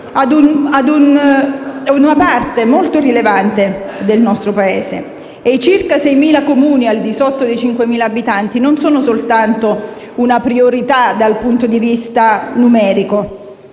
a una parte molto rilevante del nostro Paese. I circa 6.000 Comuni al di sotto dei 5.000 abitanti non sono soltanto una priorità dal punto di vista numerico,